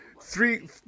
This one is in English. three